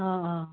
অঁ অঁ